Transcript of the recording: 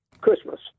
Christmas